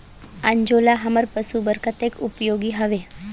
अंजोला हमर पशु बर कतेक उपयोगी हवे?